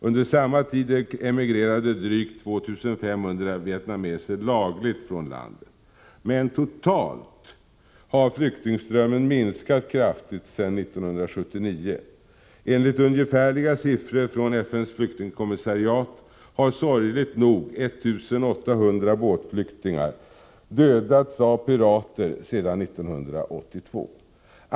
Under samma tid emigrerade drygt 2 500 vietnameser lagligt från landet. Men totalt har flyktingströmmen minskat kraftigt sedan 1979. Enligt ungefärliga siffror från FN:s flyktingkommissariat har sorgligt nog 1 800 båtflyktingar dödats av pirater sedan 1982.